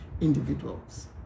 individuals